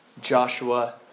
Joshua